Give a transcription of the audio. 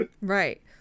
Right